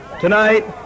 tonight